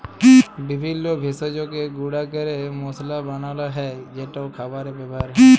বিভিল্য ভেষজকে গুঁড়া ক্যরে মশলা বানালো হ্যয় যেট খাবারে ব্যাবহার হ্যয়